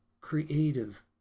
creative